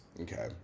Okay